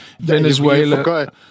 venezuela